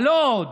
אבל עוד,